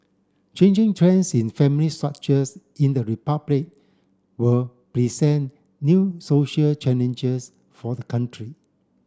changing trends in family structures in the Republic will present new social challenges for the country